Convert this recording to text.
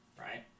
right